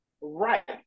right